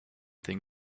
think